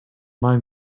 line